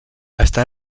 està